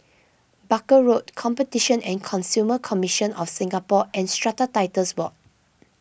Barker Road Competition and Consumer Commission of Singapore and Strata Titles Board